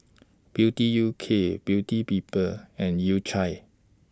Beauty U K Beauty People and U Cha